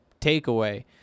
takeaway